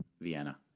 Vienna